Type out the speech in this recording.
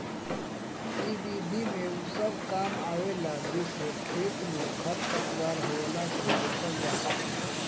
इ विधि में उ सब काम आवेला जेसे खेत में खरपतवार होखला से रोकल जा सके